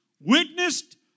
witnessed